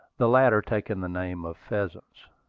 the latter taking the name of pheasants.